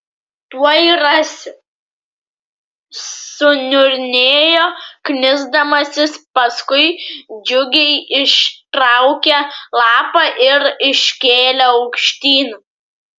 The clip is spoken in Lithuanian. tuoj rasiu suniurnėjo knisdamasis paskui džiugiai ištraukė lapą ir iškėlė aukštyn